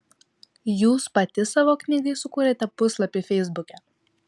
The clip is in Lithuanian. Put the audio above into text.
jūs pati savo knygai sukūrėte puslapį feisbuke